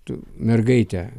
tu mergaite